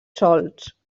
solts